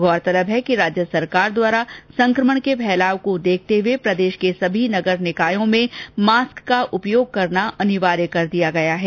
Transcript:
गौरतलब है कि राज्य सरकार द्वारा कोरोना संकमण के फैलाव को देखते हुए प्रदेश के सभी नगर निकाय क्षेत्रों में मास्क का उपयोग करना अनिवार्य कर दिया गया है